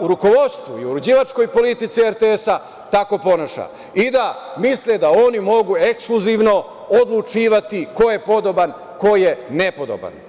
u rukovodstvu i uređivačkoj politici RTS, tako ponaša i da misle da oni mogu ekskluzivno odlučivati ko je podoban, a ko je nepodoban.